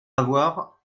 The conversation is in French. avoir